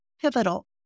pivotal